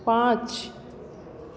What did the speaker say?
पाँच